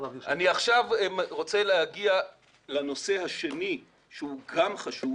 אני רוצה להגיע לנושא השני שהוא גם חשוב